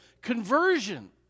conversion